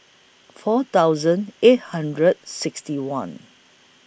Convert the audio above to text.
four thousand eight hundred sixty one